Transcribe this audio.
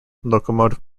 locomotive